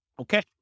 Okay